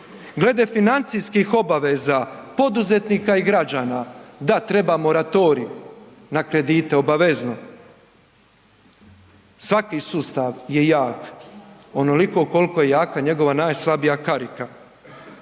Glede financijskih obaveza i građana, da treba moratorij na kredite obavezno. Svaki sustav je jak onoliko koliko je jaka njegova najslabija karika.